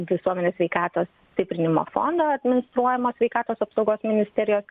visuomenės sveikatos stiprinimo fondo administruojamo sveikatos apsaugos ministerijos